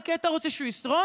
אלא כי אתה רוצה שהוא ישרוד,